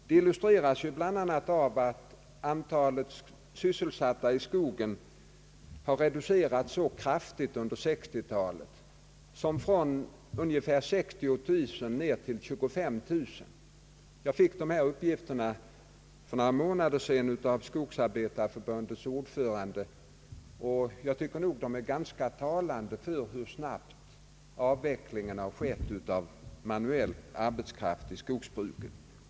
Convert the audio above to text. Det illustreras ju bl.a. av att antalet sysselsatta i skogen har reducerats så kraftigt under 1960-talet som från ungefär 60 000 ned till 25 000. Jag fick dessa uppgifter av Skogsarbetareförbundets ordförande för några månader sedan, och de är enligt min mening ganska talande för hur snabbt avvecklingen av manuell arbetskraft har skett i skogsbruket.